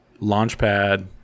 Launchpad